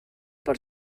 per